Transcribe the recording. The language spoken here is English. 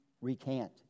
recant